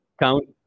Count